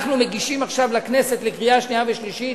אנחנו מגישים עכשיו לכנסת לקריאה שנייה ושלישית